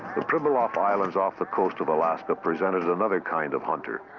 the pribilof islands off the coast of alaska presented another kind of hunter.